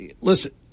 listen